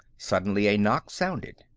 suddenly a knock sounded.